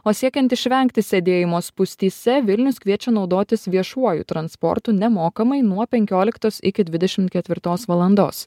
o siekiant išvengti sėdėjimo spūstyse vilnius kviečia naudotis viešuoju transportu nemokamai nuo penkioliktos iki dvidešimt ketvirtos valandos